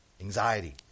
Anxiety